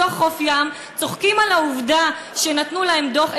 בתוך חוף ים, צוחקים על העובדה שנתנו להם דוח.